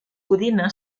codina